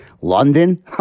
London